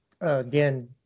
again